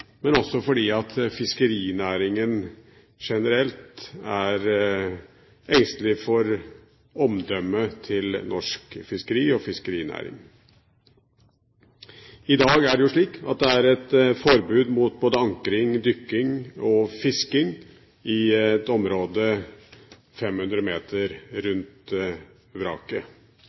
men også fordi fiskerinæringen generelt er engstelig for omdømmet til norsk fiskeri og fiskerinæring. I dag er det et forbud mot både ankring, dykking og fisking i et område på 500 meter rundt vraket.